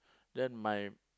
then my